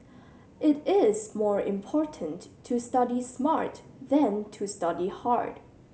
it is more important to study smart than to study hard